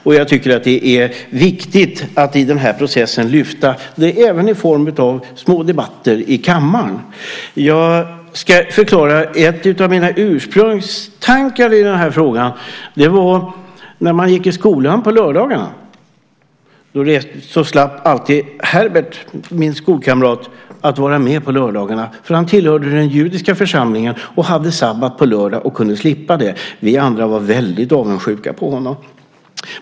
Och jag tycker att det är viktigt att i den här processen lyfta fram frågan, även i form av små debatter i kammaren. Jag ska förklara en av mina ursprungstankar i den här frågan. Det handlar om när man gick i skolan på lördagarna. Herbert, min skolkamrat, slapp alltid att vara med på lördagarna, för han tillhörde den judiska församlingen och hade sabbat på lördag. Vi andra var väldigt avundsjuka på honom.